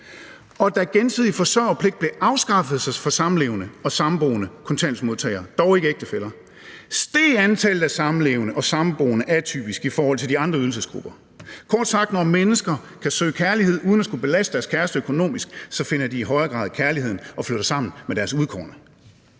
og da gensidig forsørgerpligt blev afskaffet for samlevende og samboende kontanthjælpsmodtagere, dog ikke ægtefæller, steg antallet af samboende og samlevende atypisk i forhold til de andre ydelsesgrupper. Kort sagt: Når mennesker kan søge kærlighed uden at skulle belaste deres kæreste økonomisk, finder de i højere grad kærligheden og flytter sammen med deres kæreste